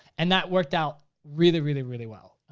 and that worked out really really really well,